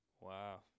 Wow